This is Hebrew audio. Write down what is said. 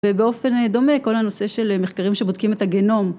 ובאופן דומה כל הנושא של מחקרים שבודקים את הגנום.